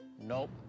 Nope